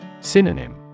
Synonym